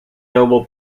noble